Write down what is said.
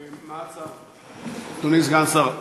מה ההצעה, אדוני סגן השר?